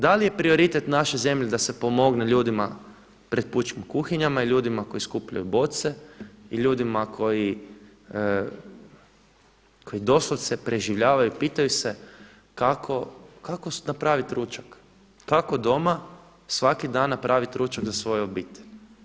Da li je prioritet naše zemlje da se pomogne ljudima pred pučkim kuhinjama, ljudima koji skupljaju boce i ljudima koji doslovce preživljavaju, pitaju se kako napraviti ručak, kako doma svaki dan napravit ručak za svoju obitelj.